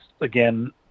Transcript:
again